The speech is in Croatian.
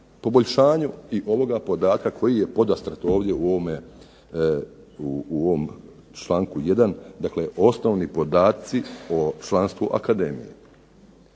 poboljšanju i ovoga podatka koji je podastrt ovdje u ovom članku 1. Dakle, osnovni podaci o članstvu akademije.